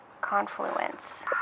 Confluence